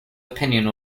opinion